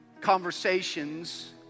conversations